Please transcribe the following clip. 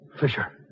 Fisher